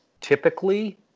typically